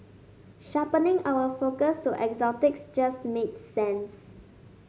sharpening our focus to exotics just made sense